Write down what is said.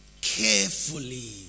carefully